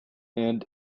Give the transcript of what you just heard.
and